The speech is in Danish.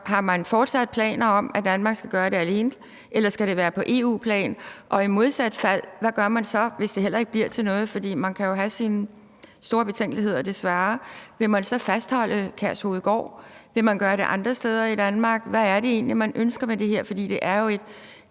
Har man fortsat planer om, at Danmark skal gøre det alene, eller skal det være på EU-plan? Og hvad gør man så i modsat fald, hvis det heller ikke bliver til noget? For man kan jo have sine store betænkeligheder, desværre. Vil man så fastholde Kærshovedgård? Vil man gøre det andre steder i Danmark? Hvad er det egentlig, man ønsker med det her? For det er et